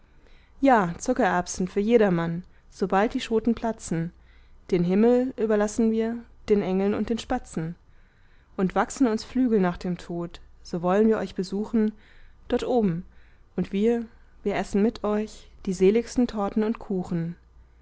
ja zuckererbsen für jedermann sobald die schoten platzen den himmel überlassen wir den engeln und den spatzen und wachsen uns flügel nach dem tod so wollen wir euch besuchen dort oben und wir wir essen mit euch die seligsten torten und kuchen